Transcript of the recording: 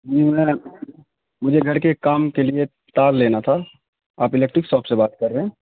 جی مجھے گھر کے کام کے لیے تار لینا تھا آپ الیکٹک شاپ سے بات کر رہے ہیں